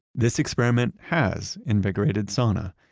this experiment has invigorated sanna.